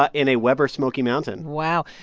ah in a weber smokey mountain wow.